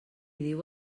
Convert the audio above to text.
diu